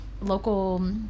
local